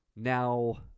Now